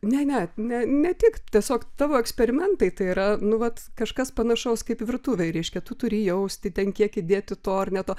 ne ne ne ne tik tiesiog tavo eksperimentai tai yra nu vat kažkas panašaus kaip virtuvėj reiškia tu turi jausti ten kiek įdėti to ar ne to